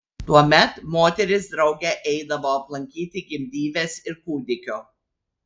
tuomet moterys drauge eidavo aplankyti gimdyvės ir kūdikio